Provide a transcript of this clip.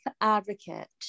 Advocate